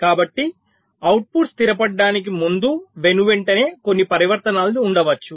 కాబట్టి అవుట్పుట్ స్థిరపడటానికి ముందు వెనువెంటనే కొన్ని పరివర్తనాలు ఉండవచ్చు